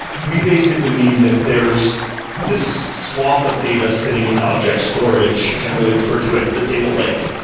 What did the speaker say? we basically mean that there's this swath of data sitting in object storage generally referred to as the data lake,